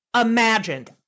imagined